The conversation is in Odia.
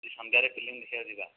ଆଜି ସନ୍ଧ୍ୟାରେ ଫିଲ୍ମ ଦେଖିବାକୁ ଯିବା